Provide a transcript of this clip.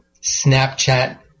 Snapchat